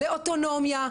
לאוטונומיה,